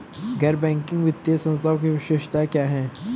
गैर बैंकिंग वित्तीय संस्थानों की विशेषताएं क्या हैं?